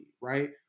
right